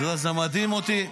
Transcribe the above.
זה מדהים אותי --- די,